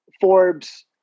Forbes